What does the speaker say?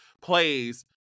plays